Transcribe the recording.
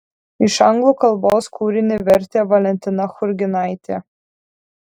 iš anglų kalbos kūrinį vertė valentina churginaitė